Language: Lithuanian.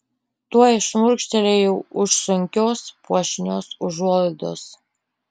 tuoj šmurkštelėjau už sunkios puošnios užuolaidos